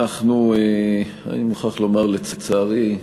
אנחנו, אני מוכרח לומר לצערי,